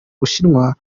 bushinwa